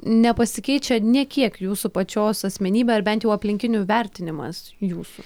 nepasikeičia nė kiek jūsų pačios asmenybė ar bent jau aplinkinių vertinimas jūsų